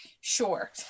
sure